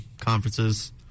conferences